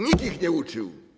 Nikt ich nie uczył.